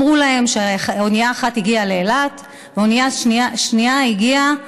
אמרו להם שאונייה אחת הגיעה לאילת ואונייה שנייה הגיעה